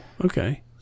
okay